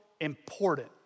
important